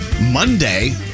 Monday